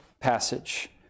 passage